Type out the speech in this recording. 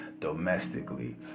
domestically